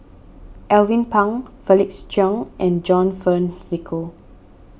Alvin Pang Felix Cheong and John Fearns Nicoll